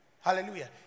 Hallelujah